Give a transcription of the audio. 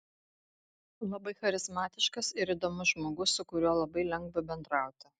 labai charizmatiškas ir įdomus žmogus su kuriuo labai lengva bendrauti